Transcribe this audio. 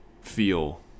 feel